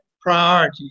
priority